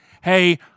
hey